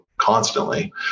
constantly